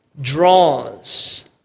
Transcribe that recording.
draws